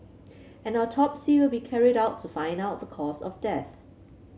an autopsy will be carried out to find out the cause of death